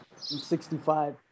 65